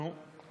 נו?